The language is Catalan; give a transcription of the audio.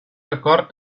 acord